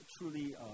truly